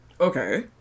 okay